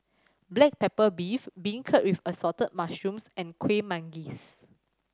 black pepper beef beancurd with Assorted Mushrooms and Kueh Manggis